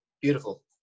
Beautiful